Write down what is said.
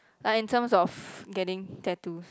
like in terms of getting tattoos